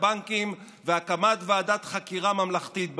הבנקים והקמת ועדת חקירה ממלכתית בעניין,